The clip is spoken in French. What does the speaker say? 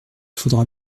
faudra